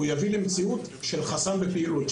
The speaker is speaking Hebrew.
תביא למציאות של חסל הפעילות.